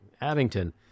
Abington